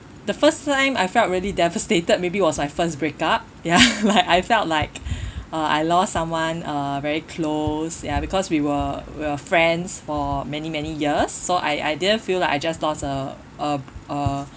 the first time I felt really devastated maybe was my first breakup ya like I felt like uh I lost someone uh very close ya because we were we were friends for many many years so I I didn't feel like I just lost a a a